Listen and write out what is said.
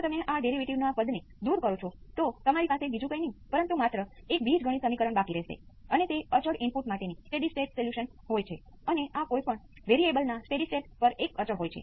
તેથી સ્પષ્ટ રીતે આ કોઈપણ આલ્ફા અને બીટા માટે લાગુ પડે છે તેથી હું આલ્ફા બરાબર 1 અને બીટા બરાબર j નો ઉપયોગ કરીશ